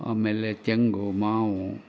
ಆಮೇಲೆ ತೆಂಗು ಮಾವು